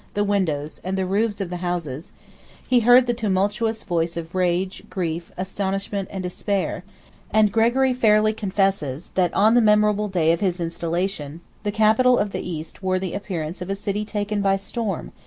the windows, and the roofs of the houses he heard the tumultuous voice of rage, grief, astonishment, and despair and gregory fairly confesses, that on the memorable day of his installation, the capital of the east wore the appearance of a city taken by storm,